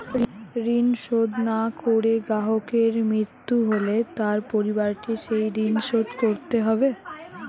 ঋণ শোধ না করে গ্রাহকের মৃত্যু হলে তার পরিবারকে সেই ঋণ শোধ করতে হবে?